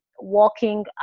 walking